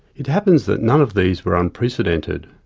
it happens that none of these were unprecedented,